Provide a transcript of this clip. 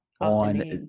on